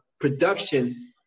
production